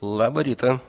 labą rytą